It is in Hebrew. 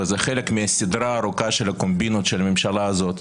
וזה חלק מסדרה ארוכה של קומבינות של הממשלה הזאת,